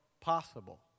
possible